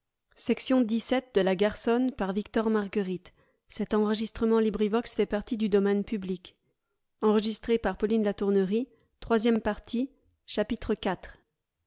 de la matière